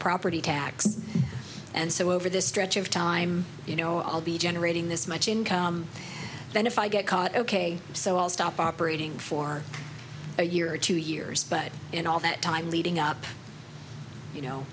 property tax and so over the stretch of time you know i'll be generating this much income then if i get caught ok so i'll stop operating for a year or two years but in all that time leading up you know